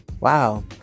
Wow